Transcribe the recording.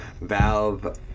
Valve